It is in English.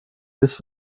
this